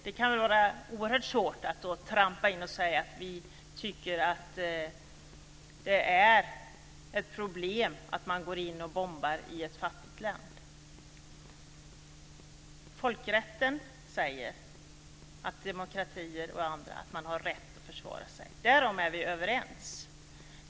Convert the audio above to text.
Det kan vara oerhört svårt att då trampa in och säga att man tycker att det är ett problem att gå in och bomba i ett fattigt land. Folkrätten säger att demokratier har rätt att försvara sig. Därom är vi överens.